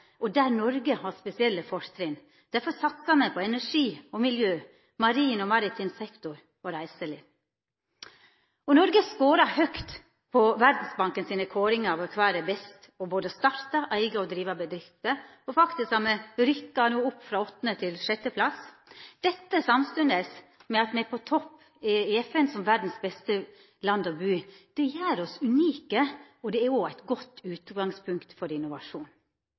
og der Noreg har spesielle fortrinn. Derfor satsar me på energi og miljø, marin og maritim sektor og på reiseliv. Noreg scorar høgt på Verdsbanken sine kåringar over kvar det er best både å starta, eiga og driva bedrifter – faktisk har me gått opp frå åttande til sjette plass – samstundes med at Noreg er på topp som verdas beste land å bu i. Det gjer oss unike, og det er òg eit godt utgangspunkt for